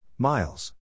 Miles